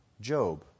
Job